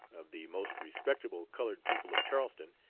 of the most respectable colored people of charleston,